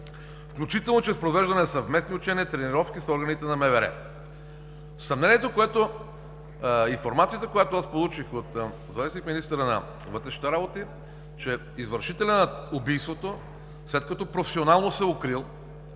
включително чрез провеждане на съвместни учения и тренировки с органите на МВР. Информацията, която аз получих от заместник-министъра на вътрешните работи, е, че извършителят на убийството, след като професионално се е укрил